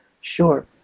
Sure